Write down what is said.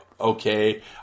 Okay